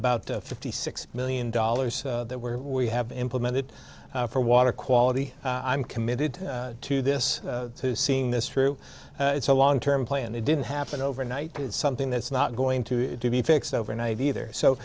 about fifty six million dollars that where we have implemented for water quality i'm committed to this to seeing this through it's a long term play and it didn't happen overnight but it's something that's not going to be fixed overnight either so